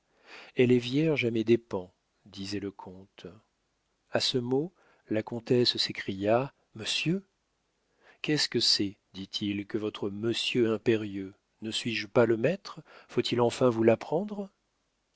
elle est vierge à mes dépens disait le comte a ce mot la comtesse s'écria monsieur qu'est-ce que c'est dit-il que votre monsieur impérieux ne suis-je pas le maître faut-il enfin vous l'apprendre